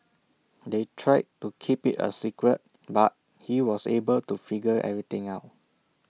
they tried to keep IT A secret but he was able to figure everything out